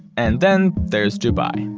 and then there's dubai.